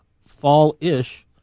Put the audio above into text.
fall-ish